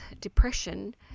depression